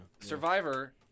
Survivor